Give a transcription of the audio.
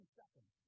seconds